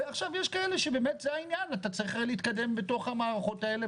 ועכשיו יש כאלה שזה באמת העניין אתה צריך להתקדם בתוך המערכות האלה,